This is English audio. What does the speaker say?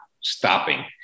stopping